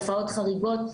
תופעות חריגות,